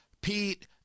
Pete